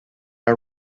are